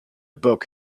book